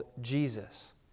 Jesus